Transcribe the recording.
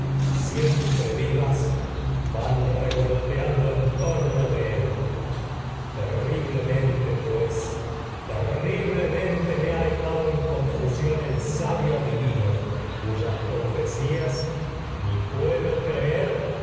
siempre vivas van revolotean terriblemente pues do en torno él terriblemente cuyas pro me ha dejado ni en confusión el sabio adivino fecías puedo en creer